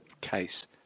case